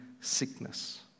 sickness